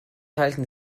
halten